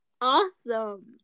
awesome